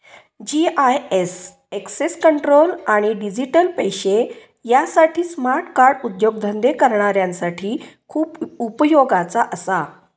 GIS access control आणि digital पैशे यासाठी स्मार्ट कार्ड उद्योगधंदे करणाऱ्यांसाठी खूप उपयोगाचा असा